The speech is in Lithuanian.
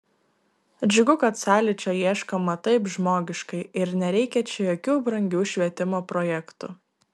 džiugu kad sąlyčio ieškoma taip žmogiškai ir nereikia čia jokių brangių švietimo projektų